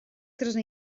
gyda